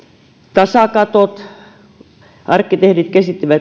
tasakatot arkkitehdit